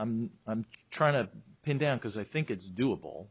i'm trying to pin down because i think it's doable